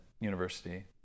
university